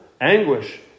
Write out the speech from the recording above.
anguish